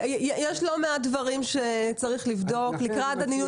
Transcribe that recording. יש לא מעט דברים שצריך לבדוק לקראת הדיון